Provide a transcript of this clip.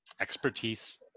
expertise